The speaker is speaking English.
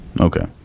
okay